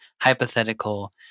hypothetical